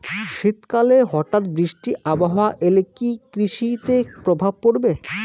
শীত কালে হঠাৎ বৃষ্টি আবহাওয়া এলে কি কৃষি তে প্রভাব পড়বে?